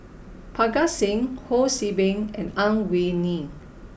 Parga Singh Ho See Beng and Ang Wei Neng